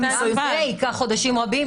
אבל אנחנו נביא את זה לחוד בפני הוועדה.